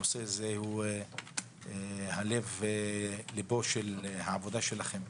הנושא הזה הוא לב ליבה של העבודה שלכם.